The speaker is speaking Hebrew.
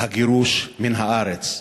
הגירוש מן הארץ.